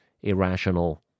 irrational